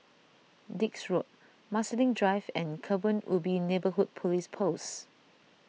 Dix Road Marsiling Drive and Kebun Ubi Neighbourhood Police Post